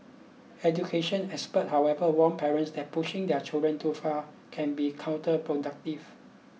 education experts however warn parents that pushing their children too far can be counterproductive